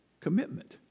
commitment